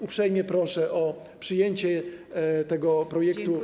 Uprzejmie proszę o przyjęcie tego projektu.